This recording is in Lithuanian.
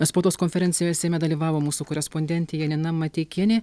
spaudos konferencijoje seime dalyvavo mūsų korespondentė janina mateikienė